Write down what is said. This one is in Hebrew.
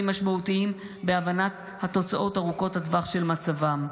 משמעותיים בהבנת התוצאות ארוכות הטווח של מצבם.